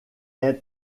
est